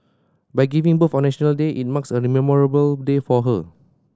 by giving birth on National Day it marks a memorable day for her